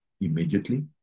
immediately